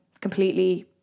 completely